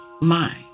mind